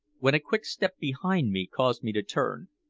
when a quick step behind me caused me to turn.